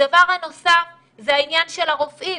הדבר הנוסף זה העניין של הרופאים.